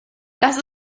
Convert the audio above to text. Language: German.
das